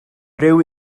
rhyw